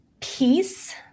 peace